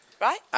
right